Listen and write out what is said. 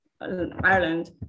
Ireland